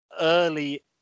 early